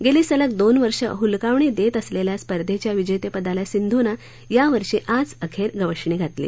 गेली सलग दोन वर्ष हुलकावणी देत असलेल्या या स्पर्धेच्या विजेतेपदाला सिंधूनं यावर्षी आज अखेर गवसणी घातली